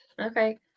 okay